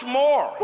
more